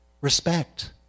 Respect